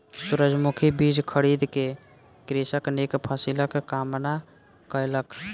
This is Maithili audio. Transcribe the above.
सूरजमुखी बीज खरीद क कृषक नीक फसिलक कामना कयलक